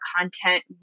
content